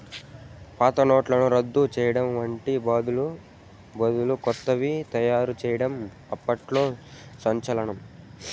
పాత నోట్లను రద్దు చేయడం వాటి బదులు కొత్తవి తయారు చేయడం అప్పట్లో సంచలనం